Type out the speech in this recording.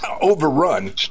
Overrun